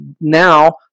now